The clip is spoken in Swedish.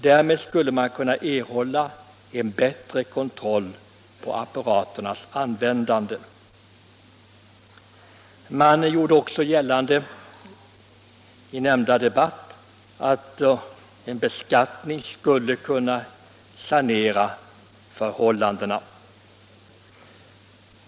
Därmed skulle man kunna erhålla en bättre kontroll över apparaternas användande. I nämnda debatt gjordes också gällande att en beskattning skulle kunna sanera förhållandena.